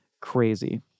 crazy